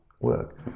work